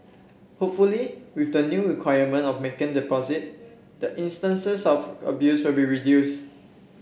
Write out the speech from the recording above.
hopefully with the new requirement of making deposit the instances of abuse will be reduce